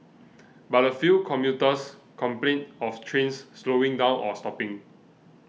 but a few commuters complained of trains slowing down or stopping